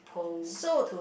so